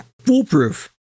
foolproof